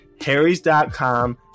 harrys.com